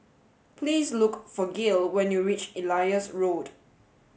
please look for Gil when you reach Elias Road